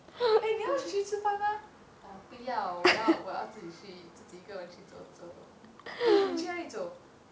eh 你要去吃饭吗 ah 不要我要我要自己去自己一个人去走走 eh 你去哪里走